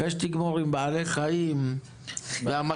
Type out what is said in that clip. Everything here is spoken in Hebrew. אחרי שתגמור עם בעלי חיים והמחצבות,